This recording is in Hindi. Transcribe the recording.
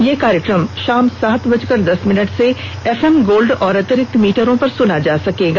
यह कार्यक्रम शाम सात बजकर दस मिनट से एफएम गोल्ड और अतिरिक्त मीटरों पर सुना जा सकता है